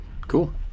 Cool